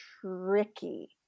tricky